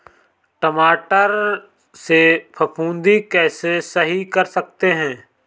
टमाटर से फफूंदी कैसे सही कर सकते हैं?